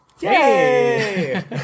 Yay